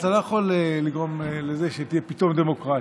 אתה לא יכול לגרום לזה שפתאום תהיה דמוקרטיה.